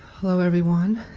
hello everyone.